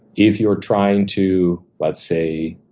if you're trying to, let's say,